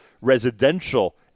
residential